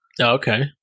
Okay